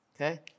Okay